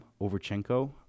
Overchenko